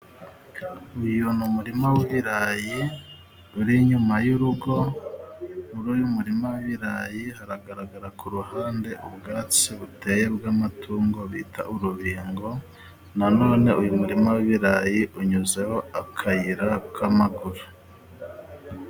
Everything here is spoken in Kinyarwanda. Uyu ni umurima w'ibirayi uri inyuma y'urugo. Muri uyu murima w'ibirayi haragaragara ku ruhande ubwatsi buteye bw'amatungo bita urubingo. Na none uyu murima w'ibirayi unyuzeho akayira k'amaguru.